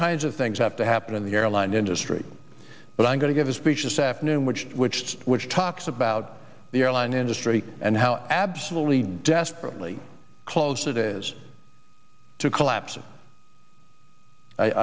kinds of things have to happen in the airline industry but i'm going to give a speech this afternoon which twitched which talks about the airline industry and how absolutely desperately close it is to collapse